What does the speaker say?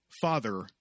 father